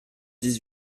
dix